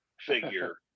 figure